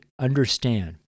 understand